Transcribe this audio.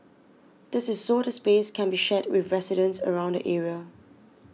this is so the space can be shared with residents around the area